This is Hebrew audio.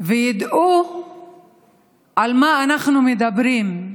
וידעו על מה אנחנו מדברים,